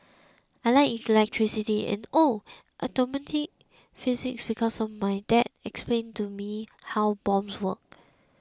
I like electricity and oh atomic physics because my dad explained to me how bombs work